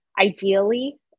ideally